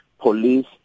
police